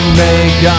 make